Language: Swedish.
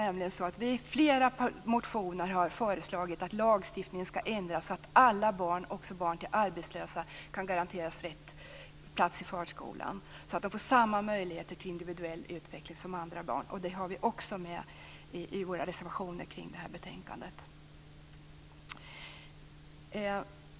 Vi har i flera motioner föreslagit att lagstiftningen skall ändras så att alla barn, också barn till arbetslösa, kan garanteras plats i förskolan så att de får samma möjligheter till individuell utveckling som andra barn. Detta har vi också med i våra reservationer till betänkandet.